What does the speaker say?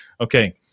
Okay